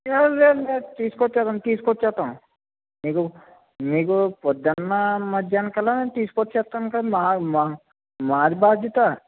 లేదు లేదు లేదు తీసుకొచ్చేద్దాం తీసుకొచ్చేస్తాం మీకు మీకు పొద్దున మధ్యాహ్నం కల్లా తీసుకొచ్చేస్తాం కదా మా మా మాది బాధ్యత